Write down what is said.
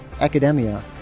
academia